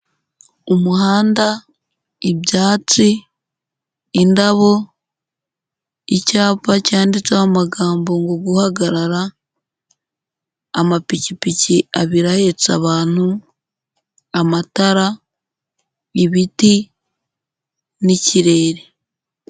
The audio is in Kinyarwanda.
Umuhanda, ibyatsi, indabo, icyapa cyanditseho amagambo ngo guhagarara, amapikipiki abiri ahetse abantu, amatara, ibiti n'ikirere.